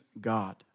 God